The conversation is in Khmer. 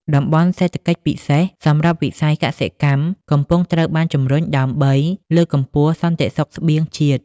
តំបន់សេដ្ឋកិច្ចពិសេស សម្រាប់វិស័យកសិកម្ម កំពុងត្រូវបានជម្រុញដើម្បីលើកកម្ពស់សន្តិសុខស្បៀងជាតិ។